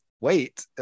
wait